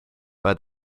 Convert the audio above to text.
but